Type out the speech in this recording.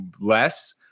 less